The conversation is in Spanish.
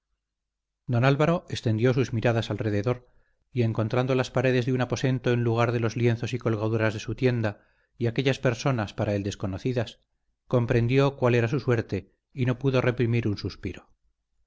don álvaro extendió sus miradas alrededor y encontrando las paredes de un aposento en lugar de los lienzos y colgaduras de su tienda y aquellas personas para él desconocidas comprendió cuál era su suerte y no pudo reprimir un suspiro